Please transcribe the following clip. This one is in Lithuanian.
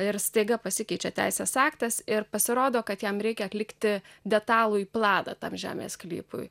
ir staiga pasikeičia teisės aktas ir pasirodo kad jam reikia atlikti detalųjį planą tam žemės sklypui